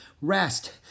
Rest